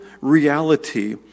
reality